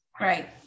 Right